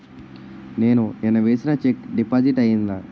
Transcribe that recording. నేను నిన్న వేసిన చెక్ డిపాజిట్ అయిందా?